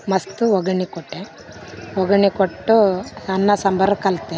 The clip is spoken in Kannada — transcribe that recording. ಮಸ್ದು ಒಗ್ಗರಣೆ ಕೊಟ್ಟೆ ಒಗ್ಗರಣೆ ಕೊಟ್ಟೂ ಅನ್ನ ಸಾಂಬಾರ್ ಕಲಿತೆ